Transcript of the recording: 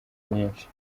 nyinshi